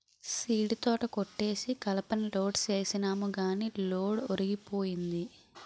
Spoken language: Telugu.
సీడీతోట కొట్టేసి కలపని లోడ్ సేసినాము గాని లోడు ఒరిగిపోయింది